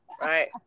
Right